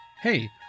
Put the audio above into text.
Hey